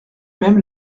même